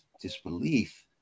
disbelief